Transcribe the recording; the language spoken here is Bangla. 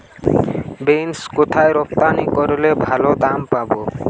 বিন্স কোথায় রপ্তানি করলে ভালো দাম পাব?